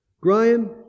Graham